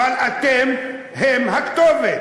אבל אתם הכתובת.